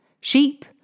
Sheep